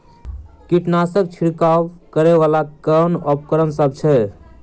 कीटनासक छिरकाब करै वला केँ उपकरण सब छै?